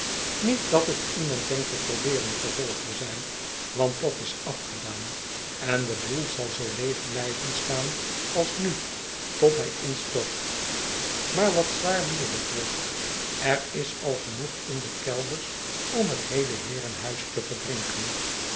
niet dat het iemand denkt te probeeren vervolgde zij want dat is afgedaan en de boel zal zoo leeg blijven staan als nu tot hij instort maar wat zwaar bier betreft er is al genoeg in de kelders om het heele heerenhuis te verdrinken